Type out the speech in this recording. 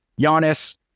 Giannis